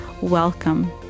Welcome